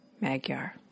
Magyar